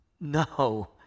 No